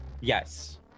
Yes